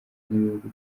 n’ibihugu